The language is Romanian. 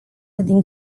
din